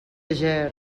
ger